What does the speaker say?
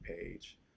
page